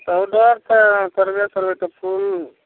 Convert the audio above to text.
तऽ ऑडर तऽ करबे करबै तऽ फूल